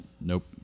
Nope